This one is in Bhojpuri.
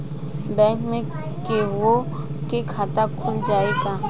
बैंक में केहूओ के खाता खुल जाई का?